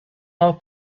our